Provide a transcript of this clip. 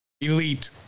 Elite